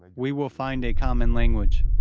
we will find a common language,